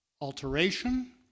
alteration